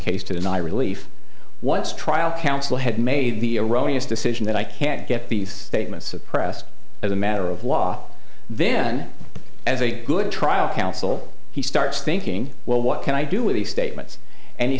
case to deny relief once trial counsel had made the erroneous decision that i can't get these statements suppressed as a matter of law then as a good trial counsel he starts thinking well what can i do with these statements and he